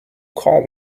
call